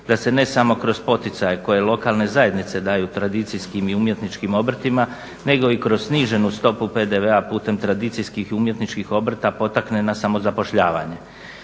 da se ne samo kroz poticaje koje lokalne zajednice daju tradicijskim i umjetničkim obrtima nego i kroz sniženu stopu PDV-a putem tradicijskih i umjetničkih obrta potakne na samozapošljavanje.